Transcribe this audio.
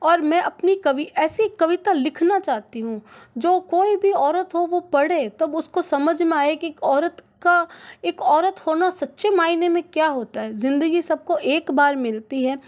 और मैं अपनी कवि ऐसी कविता लिखना चाहती हूँ जो कोई भी औरत हो वो पढे तो उसको समझ में आए कि एक औरत का एक औरत होना सच्चे माइने में क्या होता है ज़िंदगी सब को एक बार मिलती है